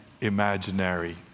imaginary